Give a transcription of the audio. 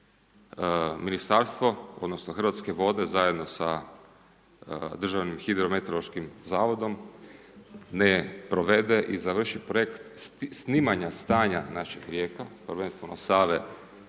Hrvatske vode zajedno sa Državnim hidrometeorološkim zavodom ne provede i završi projekt snimanja stanja našim rijeka prvenstveno Save,